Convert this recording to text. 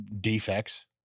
defects